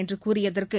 என்றுகூறியதற்கு